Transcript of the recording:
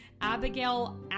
Abigail